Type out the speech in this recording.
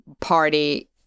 party